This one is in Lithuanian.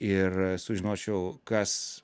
ir sužinočiau kas